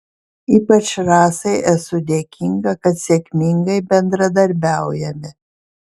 ypač rasai esu dėkinga kad sėkmingai bendradarbiaujame